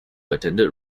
attended